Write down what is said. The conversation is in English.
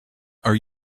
are